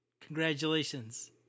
congratulations